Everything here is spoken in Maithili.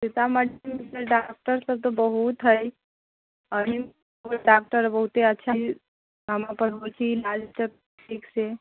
सीतामढ़ी जिलामे डॉक्टरसभ तऽ बहुत हइ आ डॉक्टर बहुते अच्छा इलाजसभ ठीकसँ